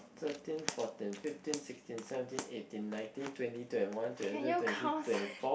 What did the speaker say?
thirteen fourteen fifteen sixteen seventeen eighteen nineteen twenty twenty one twenty two twenty three twenty four